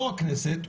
יושב-ראש הכנסת,